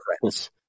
friends